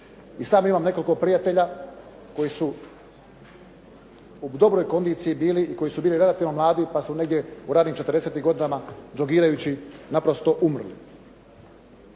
I sam imam nekoliko prijatelja koji su u dobroj kondiciji bili i koji su bili relativno mladi, pa su negdje u ranim 40-tim godinama jogirajući naprosto umrli.